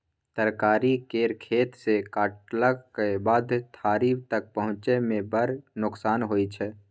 तरकारी केर खेत सँ कटलाक बाद थारी तक पहुँचै मे बड़ नोकसान होइ छै